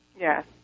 Yes